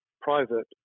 private